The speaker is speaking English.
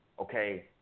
okay